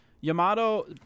Yamato